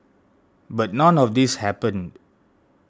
but none of this happened